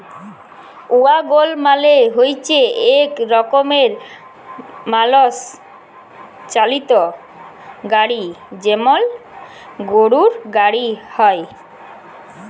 ওয়াগল মালে হচ্যে এক রকমের মালষ চালিত গাড়ি যেমল গরুর গাড়ি হ্যয়